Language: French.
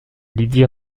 lydie